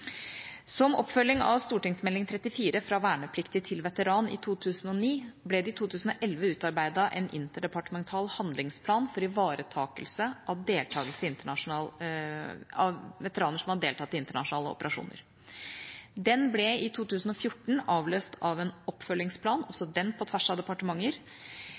Som oppfølging av St.meld. nr. 34 for 2008–2009 «Fra vernepliktig til veteran» ble det i 2011 utarbeidet en interdepartemental handlingsplan for ivaretakelse av veteraner som har deltatt i internasjonale operasjoner. Den ble i 2014 avløst av en oppfølgingsplan, også den på tvers av departementer.